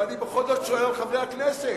ואני בכל זאת שואל, חברי הכנסת,